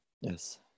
Yes